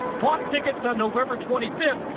bought tickets on november twenty fifth.